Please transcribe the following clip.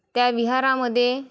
त्या विहारामध्ये